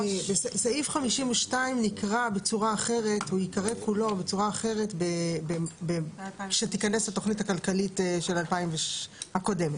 סעיף 52 כולו ייקרא בצורה אחרת כשתיכנס התוכנית הכלכלית הקודמת